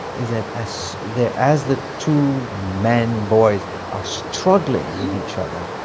is that as the as the two men boys are struggling with each other.